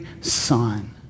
son